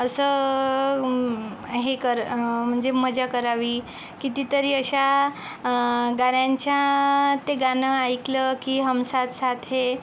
असं हे कर म्हणजे मजा करावी कितीतरी अशा गाण्यांच्या ते गाणं ऐकलं की हम साथ साथ है